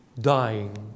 dying